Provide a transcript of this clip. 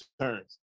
turns